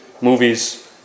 movies